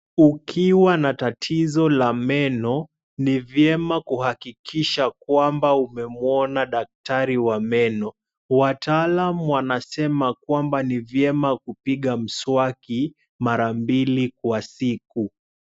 Ukiwa na tatizo la meno ni vyema kuhakikisha kwamba umemwona daktari wa meno. Wataalam wanasema kwamba ni vyema kupiga mswaki mara mbili kwa siku.